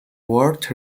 world